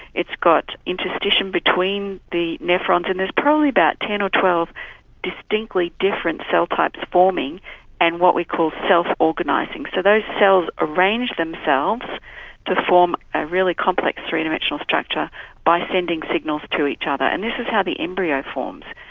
it's got interstition between the nephrons and there's probably about ten or twelve distinctly different cell types forming and what we call self-organising. so those cells arrange themselves to form a really complex three-dimensional structure by sending signals to each other, and this is how the embryo forms.